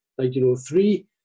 1903